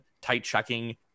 tight-checking